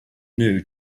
new